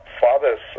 fathers